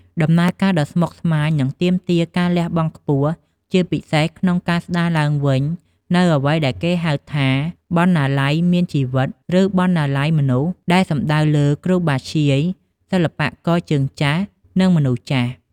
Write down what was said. ដំណើរការដ៏ស្មុគស្មាញ និងទាមទារការលះបង់ខ្ពស់ ជាពិសេសក្នុងការស្តារឡើងវិញនូវអ្វីដែលគេហៅថា "បណ្ណាល័យមានជីវិត" ឬ "បណ្ណាល័យមនុស្ស" ដែលសំដៅលើ គ្រូបាធ្យាយ សិល្បករជើងចាស់ និងមនុស្សចាស់។